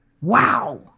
Wow